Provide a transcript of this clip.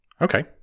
okay